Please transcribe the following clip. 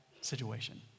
situation